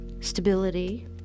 stability